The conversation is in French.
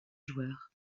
joueurs